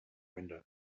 windows